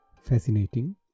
fascinating